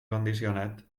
condicionat